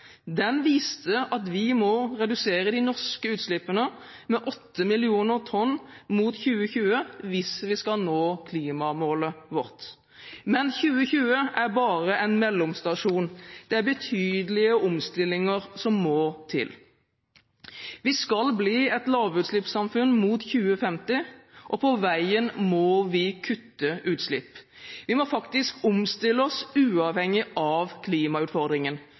Den viste at vi må redusere de norske utslippene med 8 millioner tonn fram mot 2020, hvis vi skal nå klimamålet vårt. Men 2020 er bare en mellomstasjon. Det er betydelige omstillinger som må til. Vi skal bli et lavutslippssamfunn henimot 2050, og på veien må vi kutte utslipp. Vi må faktisk omstille oss uavhengig av klimautfordringen.